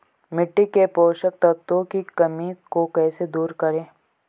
मिट्टी के पोषक तत्वों की कमी को कैसे दूर करें?